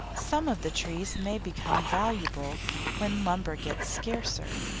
some of the trees may become valuable when lumber gets scarcer,